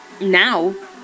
Now